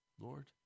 Lord